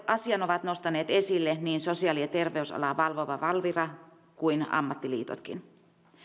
asian ovat nostaneet esille niin sosiaali ja ter veysalaa valvova valvira kuin ammattiliitotkin